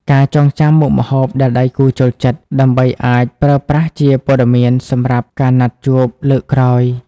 ការចងចាំមុខម្ហូបដែលដៃគូចូលចិត្ត ដើម្បីអាចប្រើប្រាស់ជាព័ត៌មានសម្រាប់ការណាត់ជួបលើកក្រោយ។